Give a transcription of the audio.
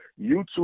YouTube